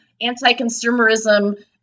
anti-consumerism